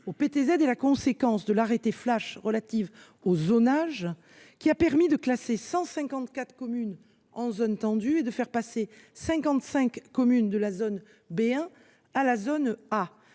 au PTZ est la conséquence de l’arrêté flash relatif au zonage, qui a permis de classer 154 communes en zone tendue et de faire passer 55 communes de la zone B1 à la zone A.